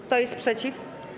Kto jest przeciw?